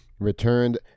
returned